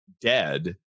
dead